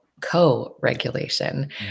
co-regulation